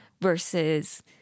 versus